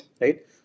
right